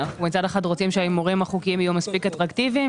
שאנחנו מצד אחד רוצים שההימורים החוקיים יהיו מספיק אטרקטיביים,